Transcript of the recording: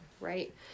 Right